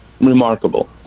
remarkable